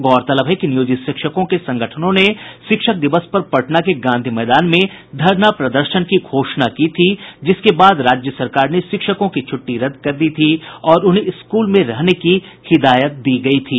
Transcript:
गौरतलब है कि नियोजित शिक्षकों के संगठनों ने शिक्षक दिवस पर पटना के गांधी मैदान में धरना प्रदर्शन की घोषणा की थी जिसके बाद राज्य सरकार ने शिक्षकों की छुट्टी रद्द कर दी थी और उन्हें स्कूल में रहने की हिदायत दी गयी थी